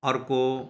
अर्को